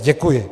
Děkuji.